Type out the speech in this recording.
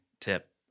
tip